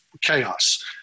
chaos